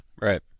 right